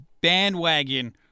bandwagon